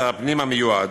שר הפנים המיועד,